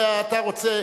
ואתה רוצה,